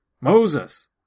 Moses